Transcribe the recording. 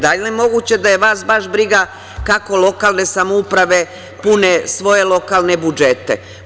Da li je moguće da je vas baš briga kako lokalne samouprave pune svoje lokalne budžete?